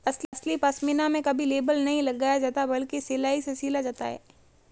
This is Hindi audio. असली पश्मीना में कभी लेबल नहीं लगाया जाता बल्कि सिलाई से सिला जाता है